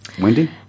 Wendy